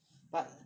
but